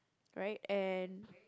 right and